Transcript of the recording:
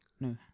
No